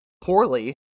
poorly